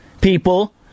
people